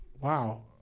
wow